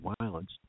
violence